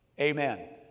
amen